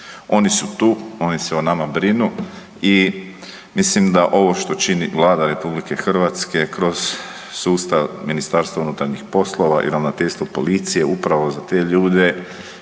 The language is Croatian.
Oni su tu, oni se o nama brinu i mislim da ovo što čini Vlada Republike Hrvatske kroz sustav Ministarstva unutarnjih poslova i Ravnateljstva policije upravo za te ljude